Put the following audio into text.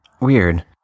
Weird